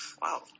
Wow